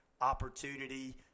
opportunity